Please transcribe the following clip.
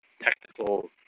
technical